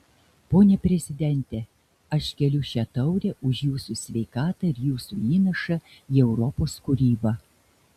pone prezidente aš keliu šią taurę už jūsų sveikatą ir jūsų įnašą į europos kūrybą